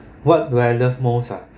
what do I love most ah